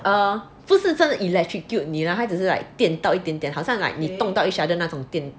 err 不是真的 electrocute 你啦他只是 like 电到一点点好象 like 你动到 each other 那种电到